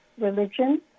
religion